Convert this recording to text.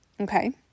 Okay